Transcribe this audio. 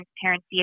transparency